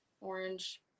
orange